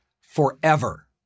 forever